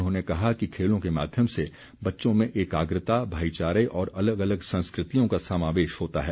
उन्होंने कहा कि खेलों के माध्यम से बच्चों में एकाग्रता भाईचारे और अलग अलग संस्कृतियों का समावेश होता है